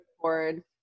forward